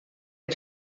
amb